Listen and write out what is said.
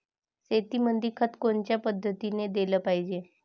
शेतीमंदी खत कोनच्या पद्धतीने देलं पाहिजे?